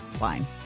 wine